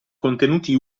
contenuti